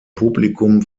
publikum